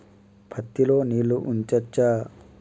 పత్తి లో నీళ్లు ఉంచచ్చా?